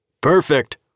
Perfect